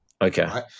Okay